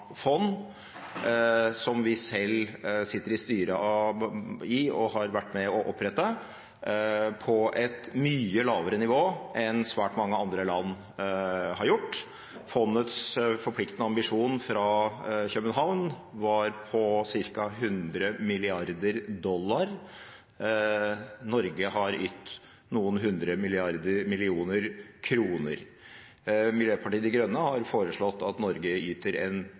som vi selv sitter i styret i, og har vært med og opprettet – på et mye lavere nivå enn svært mange andre land har gjort. Fondets forpliktende ambisjon fra København var på ca. 100 mrd. dollar, Norge har ytt noen hundre millioner kroner. Miljøpartiet De Grønne har foreslått at Norge yter noe som tilsvarer en